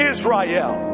Israel